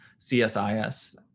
CSIS